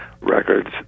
records